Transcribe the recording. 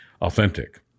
authentic